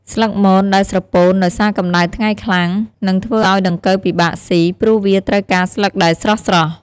ស្លឹកមនដែលស្រពោនដោយសារកម្ដៅថ្ងៃខ្លាំង នឹងធ្វើឲ្យដង្កូវពិបាកសុី ព្រោះវាត្រូវការស្លឹកដែលស្រស់ៗ។